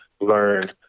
learn